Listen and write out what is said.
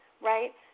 right